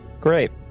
Great